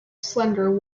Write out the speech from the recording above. slender